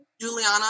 Juliana